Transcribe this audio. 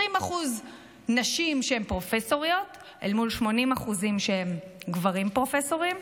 20% נשים פרופסוריות אל מול 80% גברים פרופסורים,